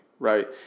Right